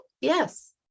Yes